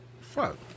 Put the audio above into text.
Fuck